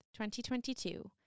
2022